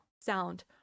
sound